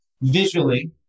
visually